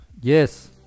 Yes